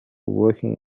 working